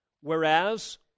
Whereas